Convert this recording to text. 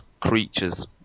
creatures